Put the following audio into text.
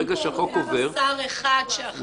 אין שר אחד אחראי.